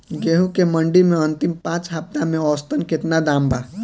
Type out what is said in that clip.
गेंहू के मंडी मे अंतिम पाँच हफ्ता से औसतन केतना दाम बा?